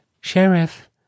Sheriff